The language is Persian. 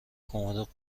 کمد